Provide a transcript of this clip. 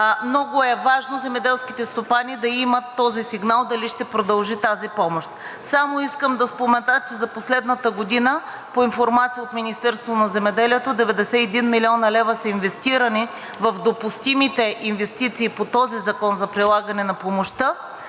Много е важно земеделските стопани да имат този сигнал дали ще продължи тази помощ. Само искам да спомена, че за последната година, по информация от Министерството на земеделието, 91 млн. лв. са инвестирани в допустимите инвестиции по този закон за прилагане на помощта